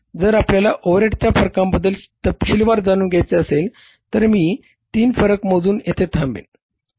जर आपल्याला ओव्हरहेडच्या फरकांबद्दल तपशीलवार जाणून घ्यायचे असेल तर मी तीन फरक मोजून येथे थांबेल